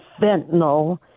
fentanyl